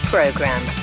Program